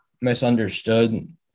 misunderstood